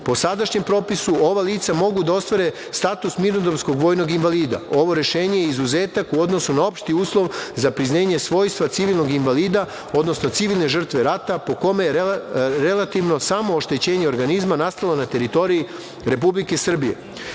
Po sadašnjem propisu ova lica mogu da ostvare status mirnodopskog vojnog invalida. Ovo rešenje je izuzetak u odnosu na opšti uslov za priznanje svojstva civilnog invalida, odnosno civilne žrtve rata po kome je relativno samo oštećenje organizma nastalo na teritoriji Republike Srbije. Članovi